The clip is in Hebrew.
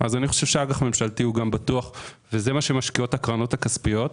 אז אני חושב שאג"ח ממשלתי הוא גם בטוח וזה מה שמשקיעות הקרנות הכספיות.